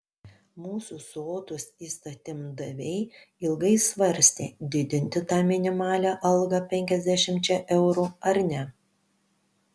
mūsų sotūs įstatymdaviai ilgai svarstė didinti tą minimalią algą penkiasdešimčia eurų ar ne